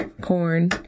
corn